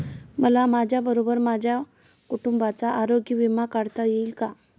मला माझ्याबरोबर माझ्या कुटुंबाचा आरोग्य विमा काढता येईल का?